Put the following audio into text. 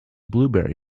blueberry